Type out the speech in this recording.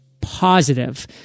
positive